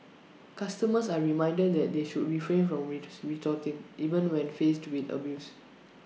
customers are reminded that they should refrain from retort retorting even when faced with abuse